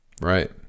Right